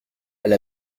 elle